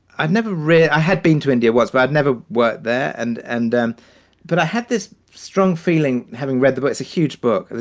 i've never read i had been to india was, but i've never worked there and and um but i had this strong feeling, having read the book, it's a huge book,